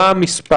מה המס'.